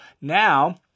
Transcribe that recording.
now